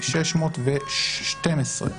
פ/2612/24.